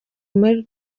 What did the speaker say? muri